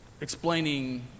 explaining